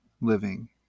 living